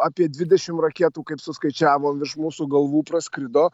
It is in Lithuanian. apie dvidešim raketų kaip suskaičiavom virš mūsų galvų praskrido